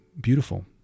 beautiful